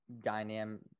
dynamic